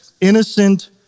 innocent